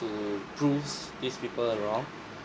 to proves these people wrong